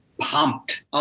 pumped